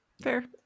fair